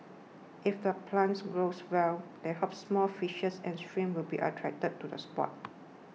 if the plants grows well they hope small fishes and shrimps will be attracted to the spot